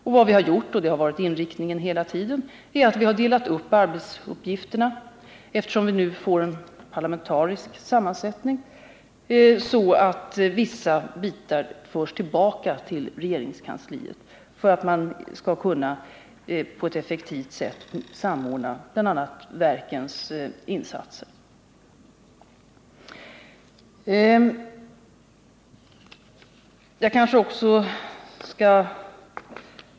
Vi har delat upp arbetsuppgifterna — det har varit inriktningen hela tiden — eftersom vi nu får en parlamentarisk sammansättning, så att vissa bitar förs tillbaka till regeringskansliet för att man på ett effektivt sätt skall kunna samordna bl.a. verkens insatser. Herr talman!